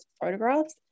photographs